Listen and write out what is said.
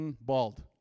bald